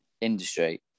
industry